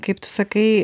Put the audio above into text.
kaip tu sakai